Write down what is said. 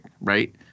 right